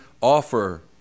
offer